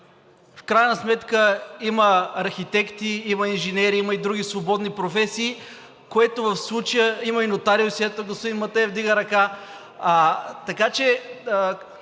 В крайна сметка има архитекти, има инженери, има и други свободни професии, което в случая… Има и нотариуси – ето, господин Матеев вдига ръка. Така че,